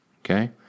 okay